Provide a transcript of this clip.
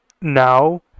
now